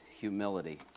humility